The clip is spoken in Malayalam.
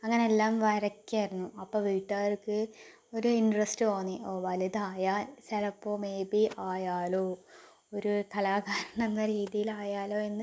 അങ്ങനെ എല്ലാം വരയ്ക്കുമായിരുന്നു അപ്പോൾ വീട്ടുകാർക്ക് ഒരു ഇൻട്രസ്റ്റ് തോന്നി ഓ വലുതായാൽ ചിലപ്പോൾ മേയ് ബി ആയാലോ ഒരു കലാകാരൻ എന്ന രീതിയിൽ ആയാലോ എന്ന്